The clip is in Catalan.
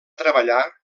treballar